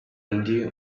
undi